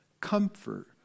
comfort